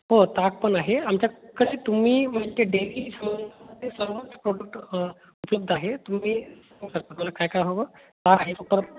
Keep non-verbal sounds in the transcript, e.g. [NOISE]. हो ताक पण आहे आमच्याकडे तुम्ही म्हणजे डेली [UNINTELLIGIBLE] सर्वच प्रोडक्ट उपलब्ध आहे तुम्ही सांगू शकता मला काय काय हवं ताक आहे